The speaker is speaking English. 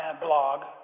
blog